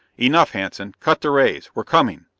enough. hanson! cut the rays we're coming.